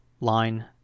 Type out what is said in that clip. Line